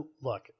Look